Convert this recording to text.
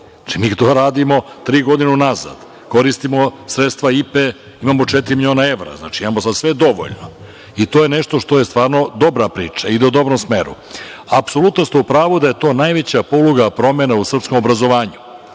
mi to radimo tri godine unazad, koristimo sredstva IPA, imamo četiri miliona evra, znači, imamo sada sve dovoljno i to je nešto što je stvarno dobra priča ide u dobrom smeru. Apsolutno ste u pravu da je to najveća poluga promena u srpskom obrazovanju,